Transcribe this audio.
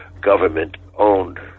government-owned